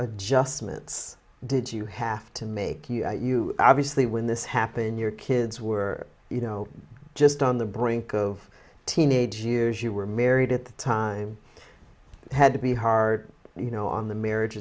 adjustments did you have to make you know you obviously when this happened your kids were you know just on the brink of teenage years you were married at the time had to be hard you know on the marriage